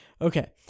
Okay